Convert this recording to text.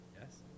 yes